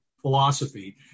philosophy